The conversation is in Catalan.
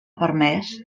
permès